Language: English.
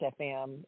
FM